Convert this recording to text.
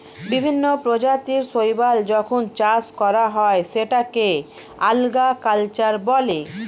বিভিন্ন প্রজাতির শৈবাল যখন চাষ করা হয় সেটাকে আল্গা কালচার বলে